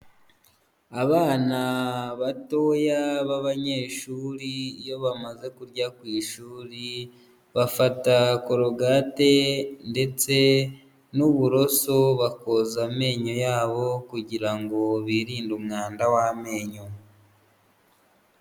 Abana batoya b'abanyeshuri iyo bamaze kurya ku ishuri bafata korogate ndetse n'uburoso bakoza amenyo yabo kugira ngo birinde umwanda w'amenyo.